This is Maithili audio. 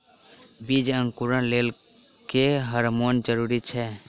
बीज अंकुरण लेल केँ हार्मोन जरूरी छै?